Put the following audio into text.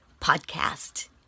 Podcast